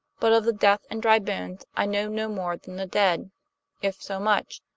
but of the death and dry bones i know no more than the dead if so much.